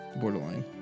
borderline